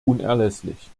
unerlässlich